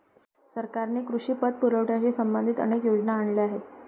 सरकारने कृषी पतपुरवठ्याशी संबंधित अनेक योजना आणल्या आहेत